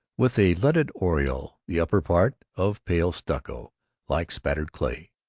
with a leaded oriel, the upper part of pale stucco like spattered clay,